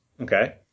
Okay